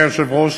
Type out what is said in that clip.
אדוני היושב-ראש,